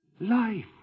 Life